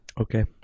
Okay